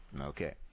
Okay